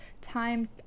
time